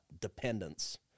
dependence